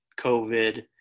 COVID